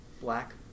black